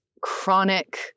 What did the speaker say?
chronic